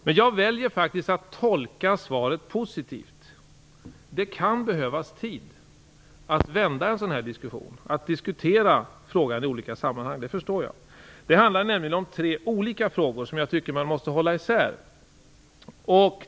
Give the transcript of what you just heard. Men jag väljer faktiskt att tolka svaret positivt. Det kan behövas tid att vända en sådan här diskussion, att diskutera frågan i olika sammanhang; det förstår jag. Det handlar nämligen om tre olika frågor som jag tycker att man måste hålla isär.